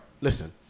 listen